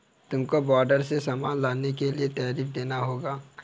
तुमको बॉर्डर से सामान लाने के लिए टैरिफ देना होगा